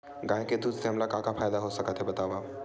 गाय के दूध से हमला का का फ़ायदा हो सकत हे बतावव?